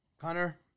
Connor